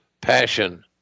passion